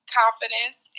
confidence